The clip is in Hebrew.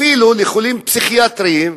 אפילו לחולים פסיכיאטריים: